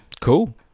cool